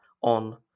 on